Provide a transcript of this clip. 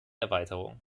erweiterung